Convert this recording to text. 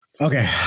Okay